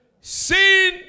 sin